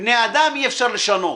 בני אדם אי אפשר לשנות.